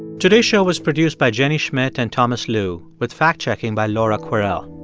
today's show was produced by jenny schmidt and thomas lu with fact-checking by laura kwerel.